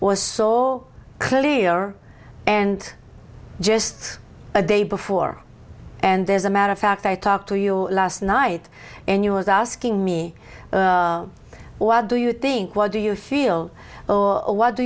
was saw clearer and just a day before and there's a matter of fact i talked to you last night and he was asking me what do you think what do you feel or what do